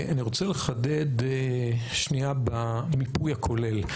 אני רוצה לחדד שנייה במיפוי הכולל.